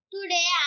Today